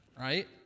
right